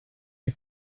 die